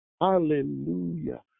hallelujah